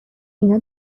اینا